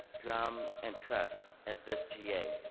druumm, and trust at this ga.